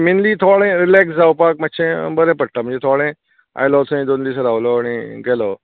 mainly थोडें relax जावपाक मात्शें बरें पडटा म्हणजे थोडें आयलो अशें दोन दिस रावलो आनी गेलो